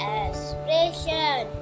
aspiration